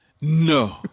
No